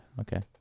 Okay